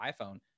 iPhone